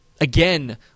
again